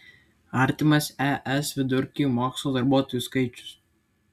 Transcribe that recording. artimas es vidurkiui mokslo darbuotojų skaičius